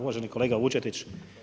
Uvaženi kolega Vučetić.